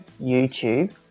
YouTube